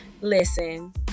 Listen